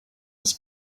his